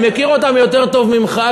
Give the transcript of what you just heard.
אני מכיר אותם יותר טוב ממך,